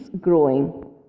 growing